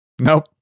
Nope